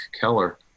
Keller